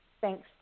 thanks